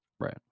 Right